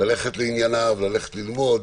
ללכת לענייניו, ללכת ללמוד,